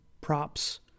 props